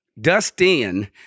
Dustin